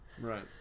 Right